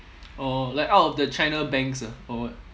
oh like out of the china banks ah or what